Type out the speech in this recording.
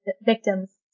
victims